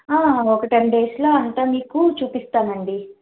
ఒక ten days లో అంతా మీకు చూపిస్తామండి